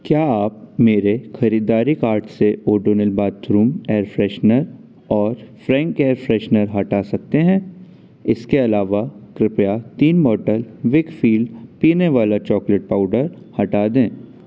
क्या आप मेरे खरीदारी कार्ट से ओडोनिल बाथरूम एयर फ्रेशनर और फ्रैंक एयर फ्रेशनर हटा सकते हैं इसके अलावा कृपया तीन बॉटल वीकफील्ड पीने वाला चॉकलेट पाउडर हटा दें